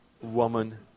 woman